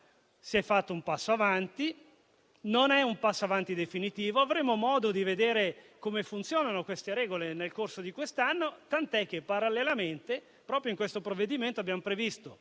Si è fatto un passo avanti, seppur non definitivo. Avremo modo di vedere come funzionano queste regole nel corso di quest'anno, tanto che, parallelamente, proprio in questo provvedimento abbiamo previsto